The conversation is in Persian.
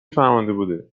فرمانده